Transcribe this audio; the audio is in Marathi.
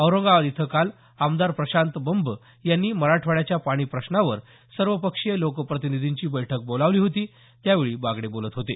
औरंगाबाद इथं काल आमदार प्रशांत बंब यांनी मराठवाड्याच्या पाणी प्रश्नावर सर्वपक्षीय लोकप्रतिनीधींची बैठक बोलावली होती त्यावेळी बागडे बोलत होते